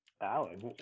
Alex